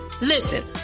Listen